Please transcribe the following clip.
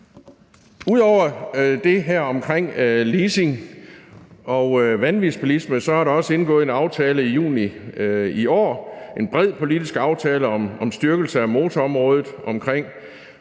Ud over det her om leasing og vanvidsbilisme er der også indgået en aftale i juni i år – en bred politisk aftale om styrkelse af motorområdet i